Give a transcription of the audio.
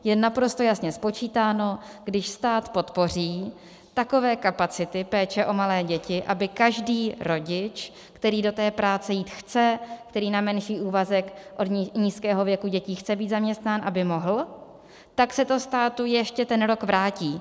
Je naprosto jasně spočítáno, když stát podpoří takové kapacity péče o malé děti, aby každý rodič, který do té práce jít chce, který na menší úvazek od nízkého věku dětí chce být zaměstnán, aby mohl, tak se to státu ještě ten rok vrátí.